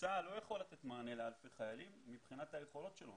וצה"ל לא יכול לתת מענה לאלפי חיילים מבחינת היכולות שלו,